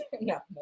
No